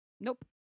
Nope